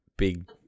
big